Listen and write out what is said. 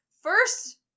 First